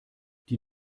die